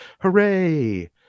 hooray